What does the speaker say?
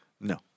No